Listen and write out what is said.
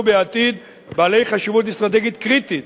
בעתיד בעלי חשיבות אסטרטגית קריטית,